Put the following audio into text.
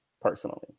personally